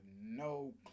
no